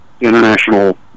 international